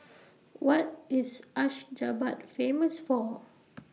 What IS Ashgabat Famous For